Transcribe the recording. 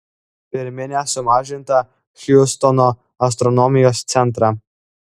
priminė sumažintą hjustono astronomijos centrą